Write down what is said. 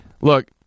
look